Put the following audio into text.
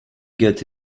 get